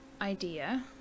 idea